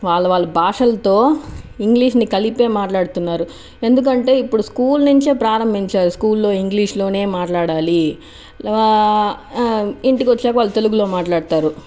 వాళ్ళు వాళ్ళ భాషలతో ఇంగ్లీషుని కలిపే మాట్లాడుతున్నారు ఎందుకంటే ఇప్పుడు స్కూల్ నుండే ప్రారంభించారు స్కూల్లో ఇంగ్లీషులోనే మాట్లాడాలి ఇంటికి వచ్చాక వాళ్ళు తెలుగులో మాట్లాడుతారు